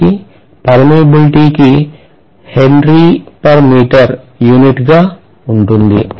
కాబట్టి permeability కి henrymeter unit గా ఉంటుంది